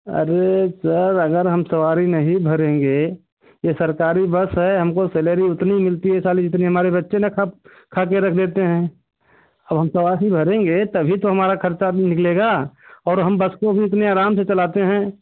अरे सर अगर हम सवार नहीं भरेंगे ये सरकारी बस है खाली जितनी हमारे बच्चे न खा खाके रख देते हैं अब हम सवारी भरेंगे तभी खर्चा निकलेगा और हम बस को भी उतने आराम से चलाते हैं